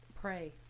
pray